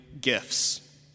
gifts